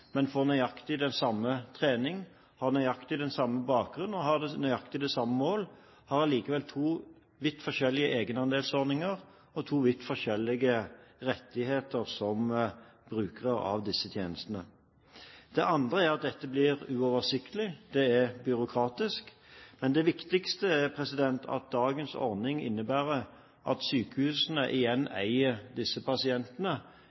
samme trening, har nøyaktig den samme bakgrunn og har nøyaktig det samme mål, har allikevel to vidt forskjellige egenandelsordninger og to vidt forskjellige rettigheter som brukere av disse tjenestene. Det andre er at dette blir uoversiktlig, det er byråkratisk, men det viktigste er at dagens ordning innebærer at sykehusene igjen eier disse pasientene.